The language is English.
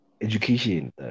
education